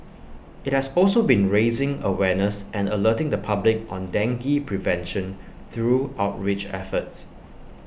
IT has also been raising awareness and alerting the public on dengue prevention through outreach efforts